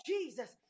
Jesus